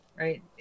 right